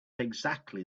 exactly